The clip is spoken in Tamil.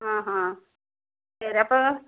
ஆஹான் சரி அப்போ